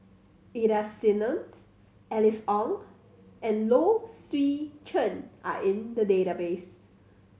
Ida Simmons Alice Ong and Low Swee Chen are in the database